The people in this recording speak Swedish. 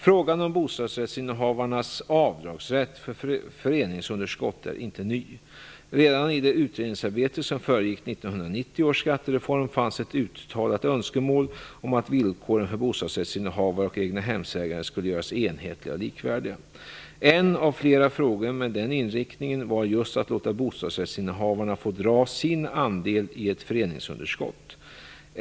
Frågan om bostadsrättsinnehavarnas avdragsrätt för föreningsunderskott är inte ny. Redan i det utredningsarbete som föregick 1990 års skattereform fanns ett uttalat önskemål om att villkoren för bostadsrättsinnehavare och egnahemsägare skulle göras enhetliga och likvärdiga. En av flera frågor med den inriktningen var just att låta bostadsrättsinnehavarna få dra av sin andel i ett föreningsunderskott.